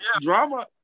drama